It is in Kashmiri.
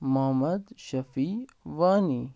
محمد شفیع وانی